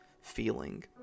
feeling